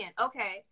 Okay